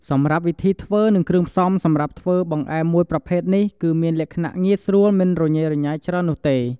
សម្រាប់វិធីធ្វើ និងគ្រឿងផ្សំសម្រាប់ធ្វើបង្អែមមួយប្រភេទនេះ គឺមានលក្ខណៈងាយស្រួលមិនរញ៉េរញ៉ៃច្រើននោះទេ។